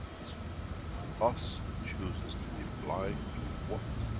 is us who chooses to be blind to what?